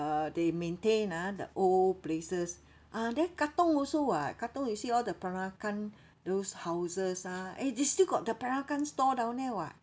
they maintain ah the old places ah there katong also [what] katong you see all the peranakan those houses ah eh they still got the peranakan store down there [what]